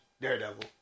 Daredevil